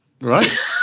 Right